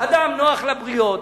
אדם נוח לבריות,